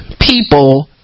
people